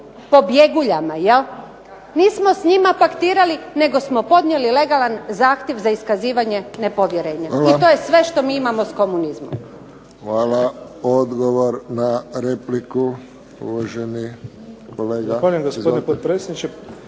Pobjeguljama jel? Nismo s njima paktirali nego smo podnijeli legalan zahtjev za iskazivanje nepovjerenja. I to je sve što mi imamo s komunizmom. **Friščić, Josip (HSS)** Hvala. Odgovor na repliku, uvaženi kolega izvolite.